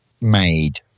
made